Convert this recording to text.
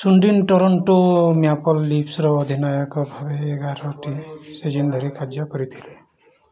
Sundin Toronto maple ଲିଫ୍ସ୍ର ଦଳ ଅଧିନାୟକ ଭାବେ ଏଗାରଟି ସିଜନ୍ ଧରି କାର୍ଯ୍ୟ କରିଥିଲେ